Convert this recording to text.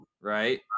right